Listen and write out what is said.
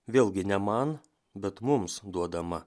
vėlgi ne man bet mums duodama